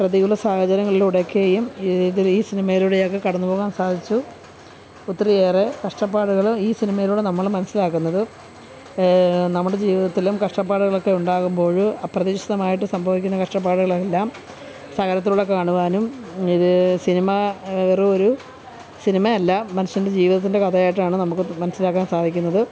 പ്രതികൂല സാഹചര്യങ്ങളിലൂടെയൊക്കേയും ഇതിൽ ഈ സിനിമയിലൂടെയൊക്കെ കടന്നുപോകാൻ സാധിച്ചു ഒത്തിരിയേറെ കഷ്ടപ്പാടുകൾ ഈ സിനിമയിലൂടെ നമ്മളും മനസ്സിലാക്കുന്നത് നമ്മുടെ ജീവിതത്തിലും കഷ്ടപ്പാടുകളൊക്കെ ഉണ്ടാകുമ്പോൾ അപ്രതീക്ഷിതമായിട്ട് സംഭവിക്കുന്ന കഷ്ടപ്പാടുകളെല്ലാം സഹനത്തിലൂടെ കാണുവാനും ഇത് സിനിമ വെറുമൊരു സിനിമയല്ല മനുഷ്യൻ്റെ ജീവിതത്തിൻ്റെ കഥയായിട്ടാണ് നമുക്ക് മനസ്സിലാക്കാൻ സാധിക്കുന്നത്